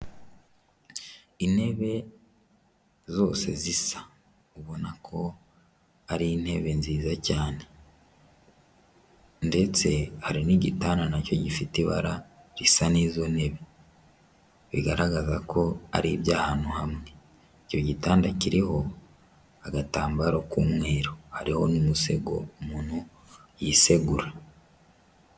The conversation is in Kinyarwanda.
Intebe zose zisa, ubona ko ari intebe nziza cyane ndetse hari n'igitanda nacyo gifite ibara risa n'izo ntebe, bigaragaza ko ari iby'ahantu hamwe, icyo gitanda kiriho agatambaro k'umweru, hariho n'umusego umuntu yisegura.